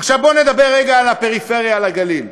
עכשיו בואו נדבר רגע על הפריפריה, על הגליל.